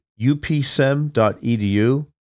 upsem.edu